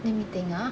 let me think ah